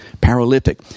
paralytic